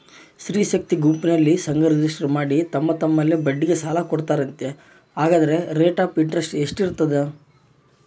ಸ್ತ್ರೇ ಶಕ್ತಿ ಗುಂಪಿನಲ್ಲಿ ಸಂಘ ರಿಜಿಸ್ಟರ್ ಮಾಡಿ ತಮ್ಮ ತಮ್ಮಲ್ಲೇ ಬಡ್ಡಿಗೆ ಸಾಲ ಕೊಡ್ತಾರಂತೆ, ಹಂಗಾದರೆ ರೇಟ್ ಆಫ್ ಇಂಟರೆಸ್ಟ್ ಎಷ್ಟಿರ್ತದ?